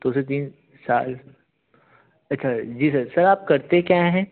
तो सर तीन साल अच्छा जी सर सर आप करते क्या हैं